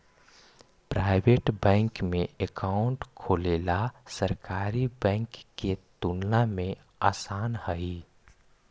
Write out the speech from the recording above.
private bank में account खोलेला सरकारी बैंक के तुलना में आसान हइ